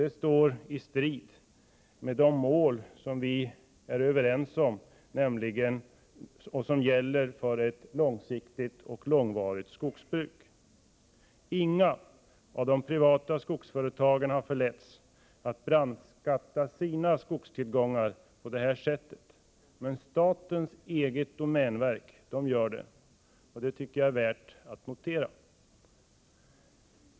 Det står i strid med de mål som vi är överens om och som gäller för ett långsiktigt skogsbruk. Inga av de privata skogsföretagen har förletts att brandskatta sina skogstillgångar på detta sätt. Men statens eget företag på området, domänverket, gör så här. Det tycker jag är värt att notera.